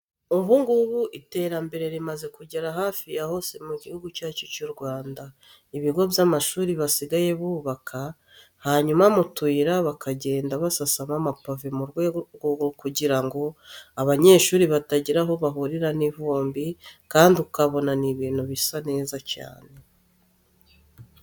Ubu ngubu iterambere rimaze kugera hafi ya hose mu gihugu cyacu cy'u Rwanda. Ibigo by'amashuri basigaye bubaka, hanyuma mu tuyira bakagenda basasamo amapave mu rwego rwo kugira ngo abanyeshuri batagira aho bahurira n'ivumbi kandi ukabona ni ibintu bisa neza cyane.